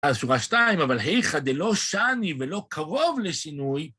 אז שורה שתיים, אבל היכא דלא שני ולא קרוב לשינוי.